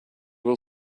will